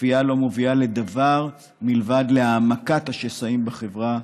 הכפייה לא מובילה לדבר מלבד העמקת השסעים בחברה,